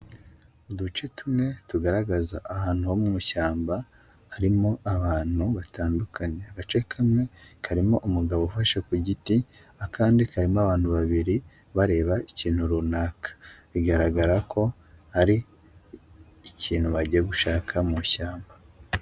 Uduce tune tugaragaza ahantu ho mu ishyamba harimo abantu batandukanye, agace kamwe karimo umugabo ufashe ku giti akandi karimo abantu babiri bareba ikintu runaka, bigaragara ko hari ikintu bagiye gushaka mu ishyamba.